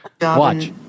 Watch